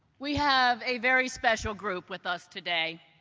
we have a very special group with us today.